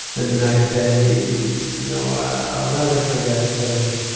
then the next day, you know, i'll never forget sort of,